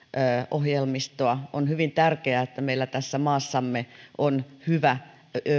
ohjelmistoa on hyvin tärkeää että meillä tässä maassamme on hyvä